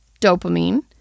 dopamine